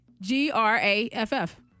G-R-A-F-F